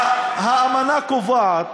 האמנה קובעת: